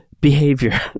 behavior